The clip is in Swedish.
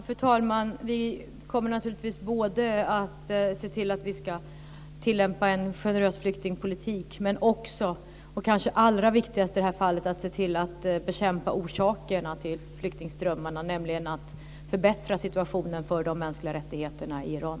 Fru talman! Vi kommer naturligtvis att tillämpa en generös flyktingpolitik. Men det kanske allra viktigaste i det här fallet är att bekämpa orsakerna till flyktingströmmarna och förbättra situationen för de mänskliga rättigheterna i Iran.